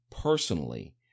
personally